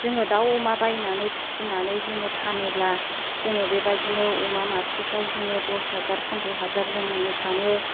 जोङो दाव अमा बायनानै फिसिनानै जोङो फानोब्ला जोङो बेबायदिनो अमा मासेफ्राव जोङो दस हाजार पन्द्र हाजार जों मोननो थाङो